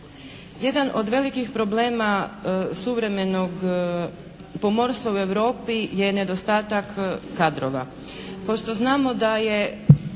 Jedan od velikih problema suvremenog pomorstva u Europi je nedostatak kadrova.